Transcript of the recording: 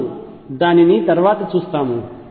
మనము దానిని తరువాత చూస్తాము